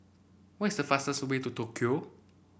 what is the fastest way to Tokyo